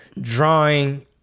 drawing